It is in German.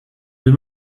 wir